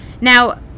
Now